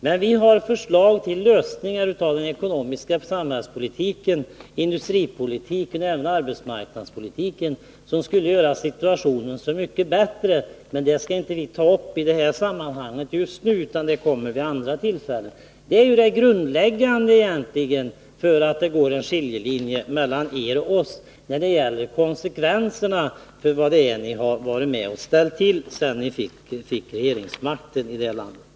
Men vi har förslag till lösningar när det gäller den ekonomiska politiken, industripolitiken och även arbetsmarknadspolitiken som skulle göra situationen mycket bättre, men dem skall vi inte ta upp i detta sammanhang, utan det får vi göra vid andra tillfällen. Men detta är grundvalen för att det går en skiljelinje mellan er och oss när det gäller konsekvenserna av vad det är som ni har varit med och ställt till sedan ni fick regeringsmakten i detta land.